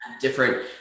different